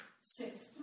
six